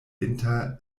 inter